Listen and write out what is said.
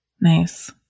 nice